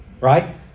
right